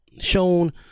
Shown